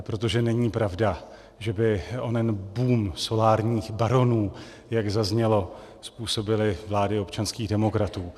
Protože není pravda, že by onen boom solárních baronů, jak zaznělo, způsobily vlády občanských demokratů.